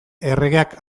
erregeak